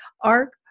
Art